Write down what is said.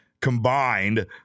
combined